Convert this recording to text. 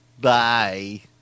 Bye